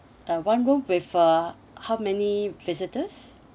uh one room with uh how many visitors